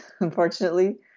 unfortunately